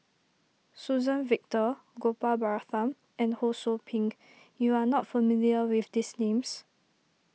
Suzann Victor Gopal Baratham and Ho Sou Ping you are not familiar with these names